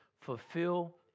fulfill